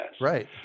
Right